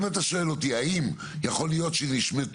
אם אתה שואל אותי האם יכול להיות שנשמטו